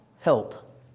help